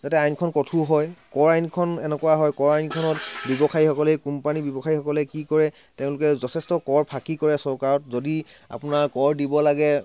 যাতে আইনখন কঠোৰ হয় কৰ আইনখন এনেকুৱা হয় কৰ আইনখনত ব্যৱসায়ীসকলে কোম্পানীৰ ব্যৱসায়ীসকলে কি কৰে তেওঁলোকে যথেষ্ট কৰ ফাঁকি কৰে চৰকাৰত যদি আপোনাৰ কৰ দিব লাগে